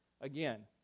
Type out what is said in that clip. Again